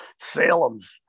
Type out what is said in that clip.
Salem's